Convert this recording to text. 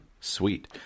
sweet